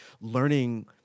learning